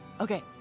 okay